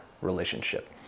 relationship